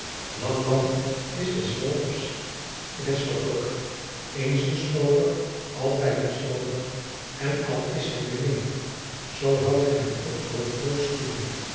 lam lam is des wolfs vesperklok eens een strooper altijd een strooper en al is hij mijn neef zoo houd ik hem toch voor een grooten schoelje